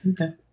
okay